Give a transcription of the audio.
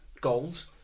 goals